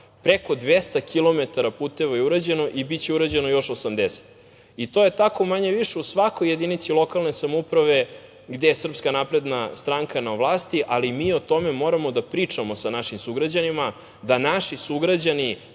preko 200 km puteva je urađeno i biće urađeno još 80. To je tako manje više u svakoj jedinici lokalne samouprave gde je SNS na vlasti, ali mi o tome moramo da pričamo sa našim sugrađanima, da naši sugrađani